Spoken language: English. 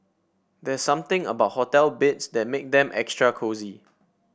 there's something about hotel beds that make them extra cosy